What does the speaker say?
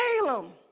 Balaam